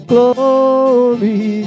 Glory